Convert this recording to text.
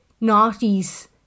Naughty's